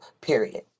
Period